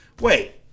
Wait